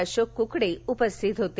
अशोक कुकडे उपस्थित होते